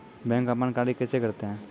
Bank अपन कार्य कैसे करते है?